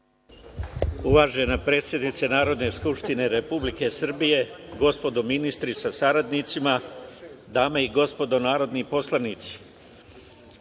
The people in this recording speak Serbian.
Uvažena predsednice Narodne skupštine Republike Srbije, gospodo ministri sa saradnicima, dame i gospodo narodni poslanici,